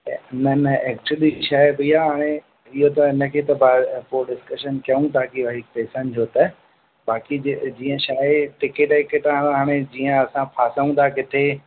न न एक्चुली छाहे भइया हाणे इहो त इन खे पोइ डिस्कशन कयूं त कि भई स्टेशन जो त बाक़ी जे जीअं छाहे टिकट हाणे जीअं असां फासूं था किथे